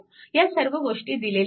ह्या सर्व गोष्टी दिलेल्या आहेत